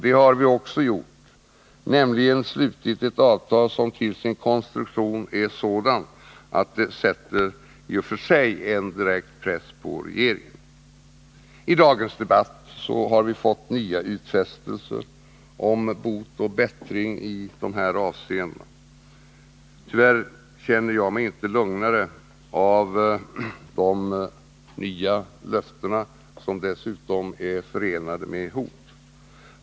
Det har vi också gjort — vi har nämligen slutit ett avtal som till sin konstruktion är sådant att det i och för sig sätter en direkt press på regeringen. I dagens debatt har vi fått nya utfästelser om bot och bättring i dessa avseenden. Tyvärr känner jag mig inte lugnare av de nya löftena, som dessutom är förenade med hot.